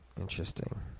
Interesting